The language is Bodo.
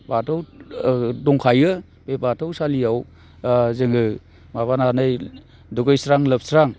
बाथौ दंखायो बे बाथौ सालियाव जोङो माबानानै दुगैस्रां लोबस्रां